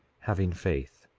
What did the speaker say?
having faith,